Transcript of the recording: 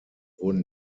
wurden